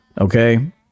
Okay